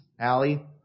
Allie